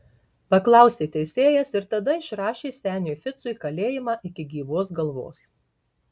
paklausė teisėjas ir tada išrašė seniui ficui kalėjimą iki gyvos galvos